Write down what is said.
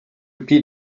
beat